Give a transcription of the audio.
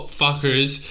fuckers